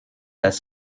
das